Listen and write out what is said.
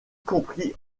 compris